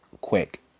quick